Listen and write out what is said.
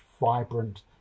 vibrant